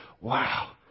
wow